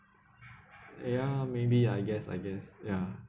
ya maybe I guess I guess ya